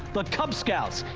the cub scouts.